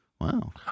Wow